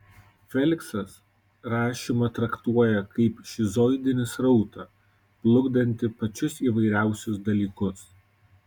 feliksas rašymą traktuoja kaip šizoidinį srautą plukdantį pačius įvairiausius dalykus